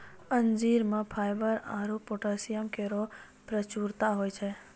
अंजीर म फाइबर आरु पोटैशियम केरो प्रचुरता होय छै